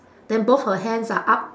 then both her hands are up